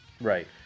Right